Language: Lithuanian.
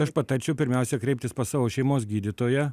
aš patarčiau pirmiausia kreiptis pas savo šeimos gydytoją